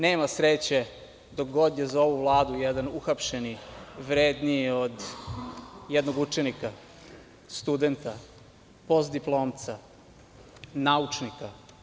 Nema sreće dok god je za ovu vladu jedan uhapšeni vredniji od jednog učenika, studenta, postdiplomca, naučnika.